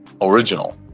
original